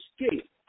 escape